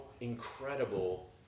incredible